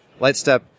LightStep